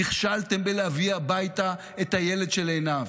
נכשלתם בלהביא הביתה את הילד של עינב.